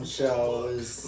shows